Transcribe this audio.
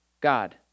God